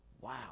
wow